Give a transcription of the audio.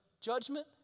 judgment